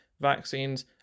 vaccines